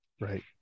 Right